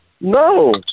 no